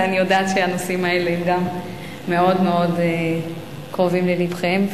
ואני יודעת שהנושאים האלה גם מאוד מאוד קרובים ללבכם.